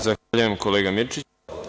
Zahvaljujem, kolega Mirčiću.